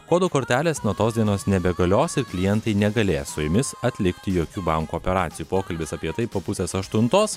kodų kortelės nuo tos dienos nebegalios ir klientai negalės su jomis atlikti jokių banko operacijų pokalbis apie tai po pusės aštuntos